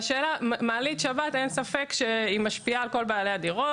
מעלית שבת, אין ספק שהיא משפיעה על כל בעלי הדירות